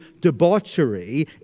debauchery